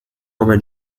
come